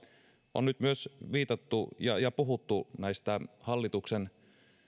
on nyt viitattu ja ja puhuttu myös näistä hallituksen